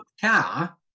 car